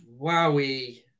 wowie